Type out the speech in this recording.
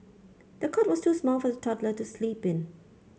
the cot was too small for the toddler to sleep in